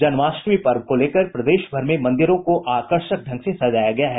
जन्माष्टमी पर्व को लेकर प्रदेश भर में मंदिरों को आकर्षक ढंग से सजाया गया है